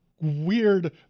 weird